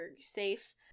safe